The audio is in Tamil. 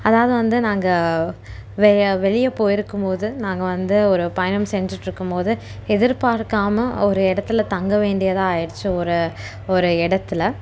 அதாவது வந்து நாங்கள் வெ வெளியே போயிருக்கும்போது நாங்கள் வந்து ஒரு பயணம் செஞ்சிட்டிருக்கும் போது எதிர்பார்க்காமல் ஒரு இடத்துல தங்க வேண்டியதாக ஆகிடுச்சி ஒரு ஒரு இடத்துல